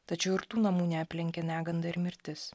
tačiau ir tų namų neaplenkė neganda ir mirtis